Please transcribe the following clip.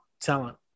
talent